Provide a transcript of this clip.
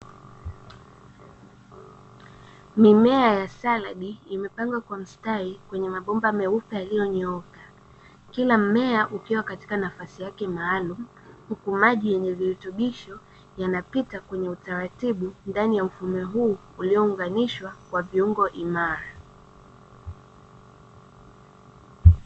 Mimea ya saladi imepangwa kwa mstari kwenye mabomba meupe yaliyo nyooka, kila mmea ukiwa katika nafasi yake maalumu huku maji yenye virutubisho yanapita kwenye utaratibu ndani ya mfumo huu uliyo unganishwa kwa viungo imara.